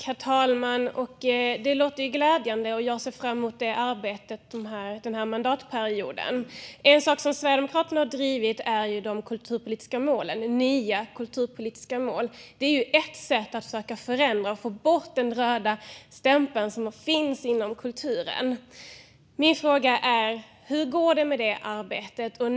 Herr talman! Det var glädjande, och jag ser fram emot arbetet under mandatperioden. En sak som Sverigedemokraterna har drivit är frågan om nya kulturpolitiska mål. Det är ett sätt för att försöka förändra och få bort den röda stämpel som finns inom kulturen. Hur går det med detta arbete?